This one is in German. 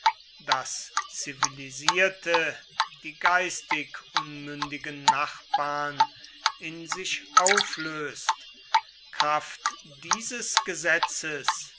das zivilisierte die geistig unmündigen nachbarn in sich auflöst kraft dieses gesetzes